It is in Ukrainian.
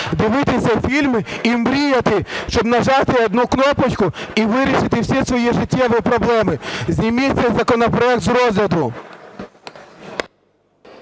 дивитися фільми і мріяти, щоб нажати одну кнопочку і вирішити всі свої життєві проблеми. Зніміть цей законопроект з розгляду.